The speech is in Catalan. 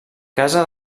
casa